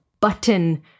button